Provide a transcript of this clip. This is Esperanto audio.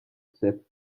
sep